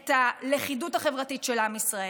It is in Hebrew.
את הלכידות החברתית של עם ישראל.